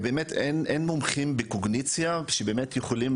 באמת אין מומחים בקוגניציה שבאמת יכולים